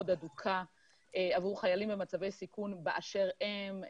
הדוקה עבור חיילים במצבי סיכון באשר הם,